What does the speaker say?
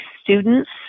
students